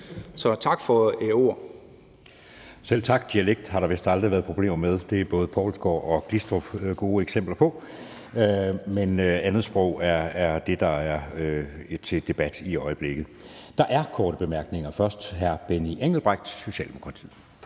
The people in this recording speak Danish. (Jeppe Søe): Selv tak. Dialekt har der vist aldrig været problemer med. Det er både Kristen Poulsgaard og Mogens Glistrup gode eksempler på. Men det er et andet sprog, der er til debat i øjeblikket. Der er nogle korte bemærkninger. Først er det hr. Benny Engelbrecht, Socialdemokratiet.